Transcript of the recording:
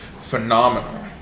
phenomenal